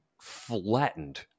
flattened